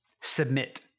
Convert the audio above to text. submit